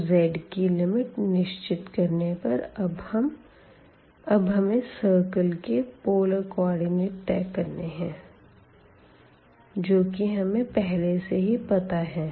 तो z की limit निश्चित करने पर अब हमे सिरकल के पोलर कोऑर्डिनेट तय करने है जो कि हमें पहले से ही पता है